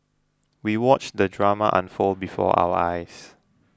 we watched the drama unfold before our eyes